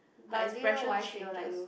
like expression changes